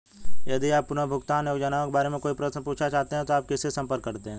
यदि आप पुनर्भुगतान योजनाओं के बारे में कोई प्रश्न पूछना चाहते हैं तो आप किससे संपर्क करते हैं?